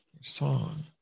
song